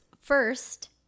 first